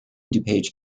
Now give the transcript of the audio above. dupage